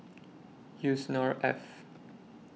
Yusnor Ef